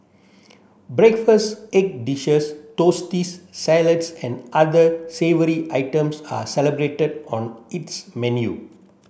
breakfast egg dishes toasties salads and other savoury items are celebrated on its menu